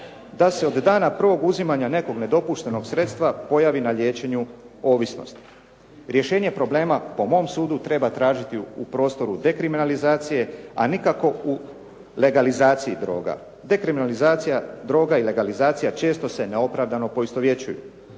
da se od dana prvog uzimanja nekog nedopuštenog sredstva pojavi na liječenju ovisnosti. Rješenje problema po mom sudu treba tražiti u prostoru dekriminalizacije, a nikako u legalizaciji droga. Dekriminalizacija droga i legalizacija često se neopravdano poistovjećuju.